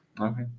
Okay